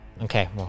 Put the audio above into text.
Okay